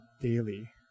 daily